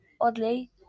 oddly